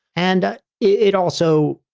and it also,